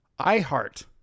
iHeart